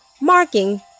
marking